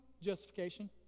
Justification